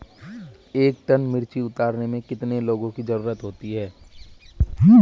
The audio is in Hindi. एक टन मिर्ची उतारने में कितने लोगों की ज़रुरत होती है?